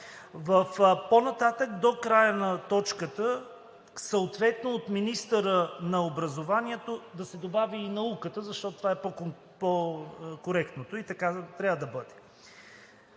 По-нататък до края на точката „съответно от министъра на образованието“ да се добави „и науката“, защото това е по-коректното и така трябва да бъде.